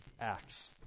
acts